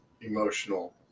emotional